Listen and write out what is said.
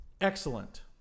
Excellent